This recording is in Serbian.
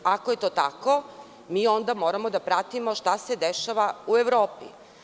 Ako je to tako, mi onda moramo da pratimo šta se dešava u Evropi.